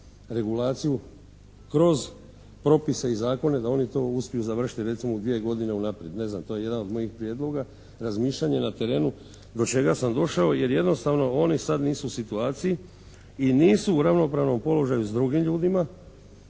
regulaciju kroz propise i zakone da oni to uspiju završiti recimo u dvije godine unaprijed. Ne znam, to je jedan od mojih prijedloga, razmišljanje na terenu do čega sam došao jer jednostavno oni sad nisu u situaciji i nisu u ravnopravnom položaju s drugim ljudima